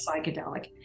psychedelic